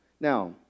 Now